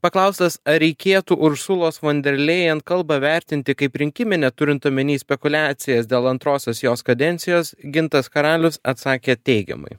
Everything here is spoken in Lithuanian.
paklaustas ar reikėtų ursulos von derlėjen kalbą vertinti kaip rinkiminę turint omeny spekuliacijas dėl antrosios jos kadencijos gintas karalius atsakė teigiamai